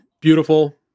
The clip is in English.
beautiful